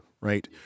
right